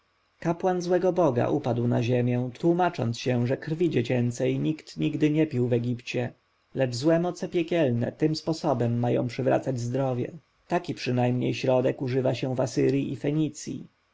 kapłan złego boga upadł na ziemię tłomacząc się że krwi dziecięcej nikt nigdy nie pił w egipcie lecz że moce piekielne tym sposobem mają przywracać zdrowie taki przynajmniej środek używa się w asyrji i fenicji